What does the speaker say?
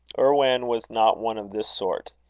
irwan was not one of this sort.